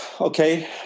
Okay